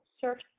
search